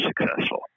successful